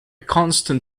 constant